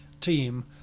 team